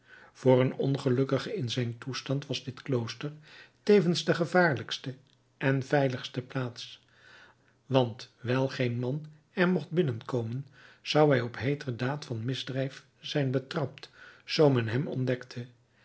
voor een ongelukkige in zijn toestand was dit klooster tevens de gevaarlijkste en veiligste plaats want wijl geen man er mocht binnenkomen zou hij op heeter daad van misdrijf zijn betrapt zoo men hem ontdekte